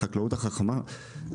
לחקלאות החכמה,